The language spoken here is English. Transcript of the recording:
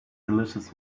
delicious